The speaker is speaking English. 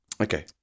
Okay